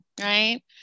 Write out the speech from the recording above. right